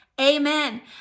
Amen